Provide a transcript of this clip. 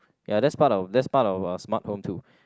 ya that's part of that's part of uh smart home too